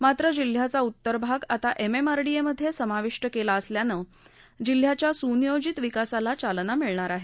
मात्र जिल्हयाचा उत्तर भाग आता एमएमआरडीएमध्ये समाविष्ट केला जात असल्यानं जिल्हयाच्या सुनियोजित विकासाला चालना मिळणार आहे